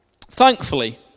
Thankfully